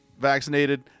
vaccinated